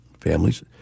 families